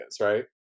right